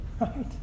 right